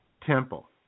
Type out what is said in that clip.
Temple